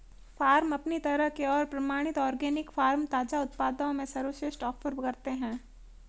farm अपनी तरह के और प्रमाणित ऑर्गेनिक फ़ार्म ताज़ा उत्पादों में सर्वश्रेष्ठ ऑफ़र करते है